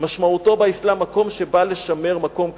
משמעותו באסלאם מקום שבא לשמר מקום קדוש,